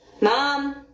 Mom